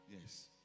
Yes